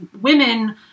Women